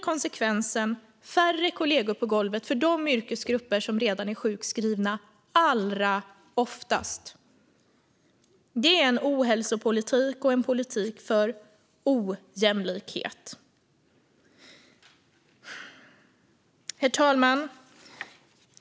Konsekvensen blir då färre kollegor på golvet för de yrkesgrupper som redan är sjukskrivna allra oftast. Det är en ohälsopolitik och en politik för ojämlikhet. Herr talman!